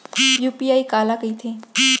UPI काला कहिथे?